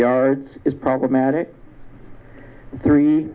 yards is problematic three